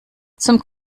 zum